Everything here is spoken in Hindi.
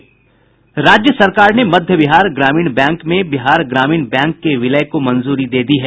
राज्य सरकार ने मध्य बिहार ग्रामीण बैंक में बिहार ग्रामीण बैंक के विलय को मंजूरी दे दी है